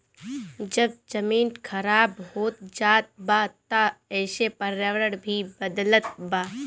जब जमीन खराब होत जात बा त एसे पर्यावरण भी बदलत बा